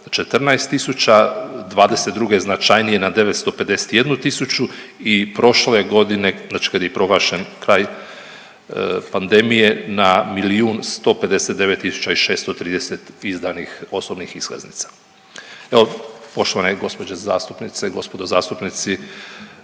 tisuća, '22. značajnije na 951 tisuću i prošle godine, znači kad je proglašen kraj pandemije na 1 159 630 izdanih osobnih iskaznica. Evo, poštovane gđe zastupnice i gospodo zastupnici,